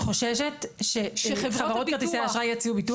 את חוששת שחברות כרטיסי האשראי יציעו ביטוח?